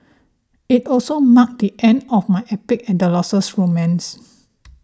it also marked the end of my epic adolescent romance